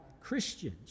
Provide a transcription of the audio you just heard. Christians